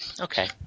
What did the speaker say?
okay